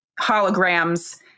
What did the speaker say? Holograms